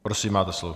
Prosím, máte slovo.